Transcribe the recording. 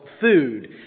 food